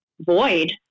void